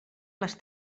les